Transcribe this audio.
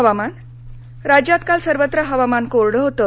हवामान् राज्यात काल सर्वत्र हवामान कोरडं होतं